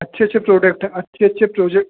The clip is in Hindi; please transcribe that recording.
अच्छे अच्छे प्रोडक्ट हैं अच्छे अच्छे प्रोजेक